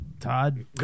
todd